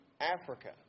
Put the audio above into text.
Africa